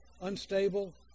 unstable